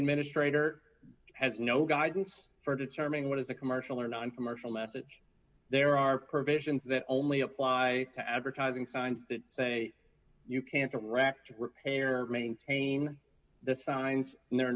administrator has no guidance for determining what is a commercial or noncommercial message there are provisions that only apply to advertising signs that say you can't correct repair or maintain the signs and there are